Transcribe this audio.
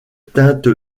teinte